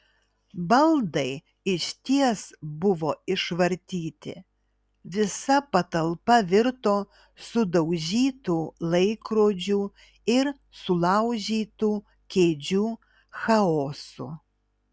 baldai išties buvo išvartyti visa patalpa virto sudaužytų laikrodžių ir sulaužytų kėdžių chaosu